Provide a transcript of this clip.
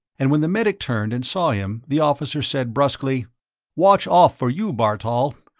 and when the medic turned and saw him, the officer said brusquely watch off for you, bartol.